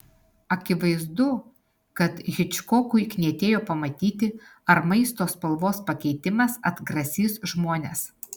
akivaizdu kad hičkokui knietėjo pamatyti ar maisto spalvos pakeitimas atgrasys žmones